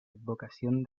advocación